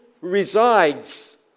resides